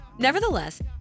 Nevertheless